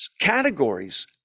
categories